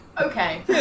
Okay